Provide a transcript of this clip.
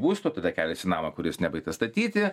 būsto tada kelias į namą kuris nebaigtas statyti